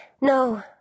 No